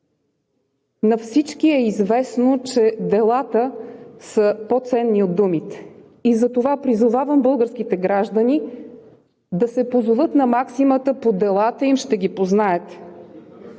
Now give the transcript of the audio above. на всички е известно, че делата са по ценни от думите. Затова призовавам българските граждани да се позоват на максимата „По делата им ще ги познаете.“.